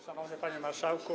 Szanowny Panie Marszałku!